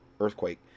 earthquake